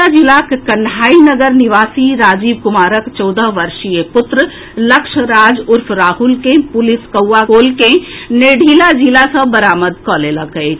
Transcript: नवादा जिलाक कन्हाईनगर निवासी राजीव कुमारक चौदह वर्षीय पुत्र लक्षराज उर्फ राहुल के पुलिस कौआकोल के नेढिला जंगल सॅ बरामद कऽ लेलक अछि